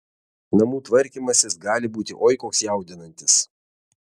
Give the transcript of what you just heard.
namų tvarkymasis gali būti oi koks jaudinantis